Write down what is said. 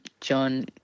John